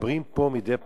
כשמדברים פה מדי פעם,